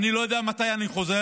אני לא יודע מתי אני חוזר,